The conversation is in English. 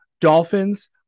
dolphins